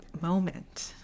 moment